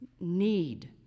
need